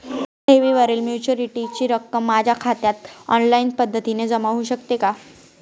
ठेवीवरील मॅच्युरिटीची रक्कम माझ्या खात्यात ऑनलाईन पद्धतीने जमा होऊ शकते का?